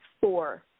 four